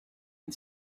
had